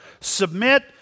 submit